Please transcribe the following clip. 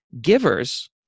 givers